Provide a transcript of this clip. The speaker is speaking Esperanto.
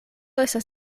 estas